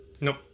Nope